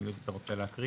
עמיהוד, אתה רוצה להקריא?